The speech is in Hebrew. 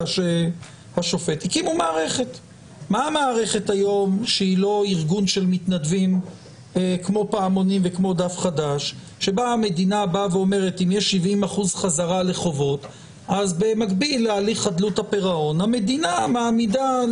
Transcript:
יורה הממונה כי שכרו של הנאמן יהיה שכר הבסיס אלא אם כן מצא שהנאמן לא